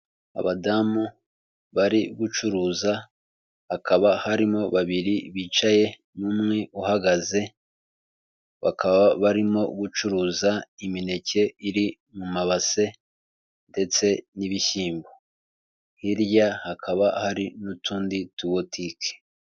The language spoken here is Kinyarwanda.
Abadamu bari gucuruza akaba harimo babiri bicaye n'umwe uhagaze bakaba barimo gucuruza imineke iri mu mabase ndetse n'ibishyimbo, hirya hakaba hari n'utundi tubotike.